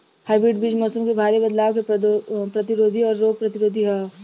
hybrid बीज मौसम में भारी बदलाव के प्रतिरोधी और रोग प्रतिरोधी ह